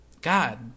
God